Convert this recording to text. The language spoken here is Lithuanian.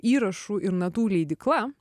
įrašų ir natų leidykla